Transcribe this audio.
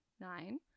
nine